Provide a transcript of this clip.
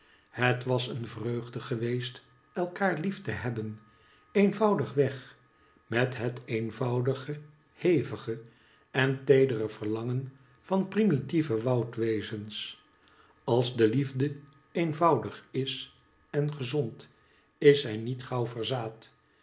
het was een vreugde geweest elkaar lief te hebben eenvoudig weg met het eenvoudige hevige en teedere verlangen van primitieve woudwezens als de liefde eenvoudig is en gezond is zij niet